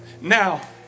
Now